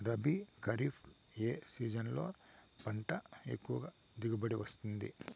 రబీ, ఖరీఫ్ ఏ సీజన్లలో పంట ఎక్కువగా దిగుబడి వస్తుంది